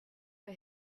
for